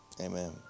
Amen